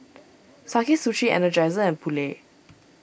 Sakae Sushi Energizer and Poulet